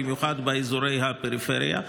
במיוחד באזורי הפריפריה,